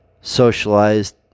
socialized